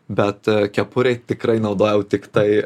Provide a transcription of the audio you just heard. bet kepurei tikrai naudojau tiktai